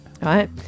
right